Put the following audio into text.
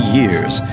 years